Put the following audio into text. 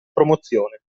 promozione